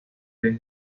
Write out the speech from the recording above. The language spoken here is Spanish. vez